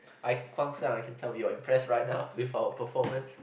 I Guang-Xiang I can tell you I'm impress right now with our performance